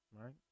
Right